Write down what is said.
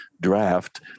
draft